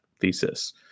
thesis